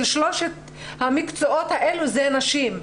בשלושת המקצועות האלה רוב רובן של העובדות הן נשים.